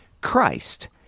Christ